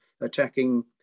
attacking